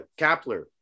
Kapler